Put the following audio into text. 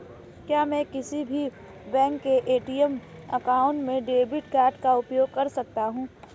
क्या मैं किसी भी बैंक के ए.टी.एम काउंटर में डेबिट कार्ड का उपयोग कर सकता हूं?